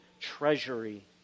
treasury